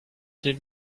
did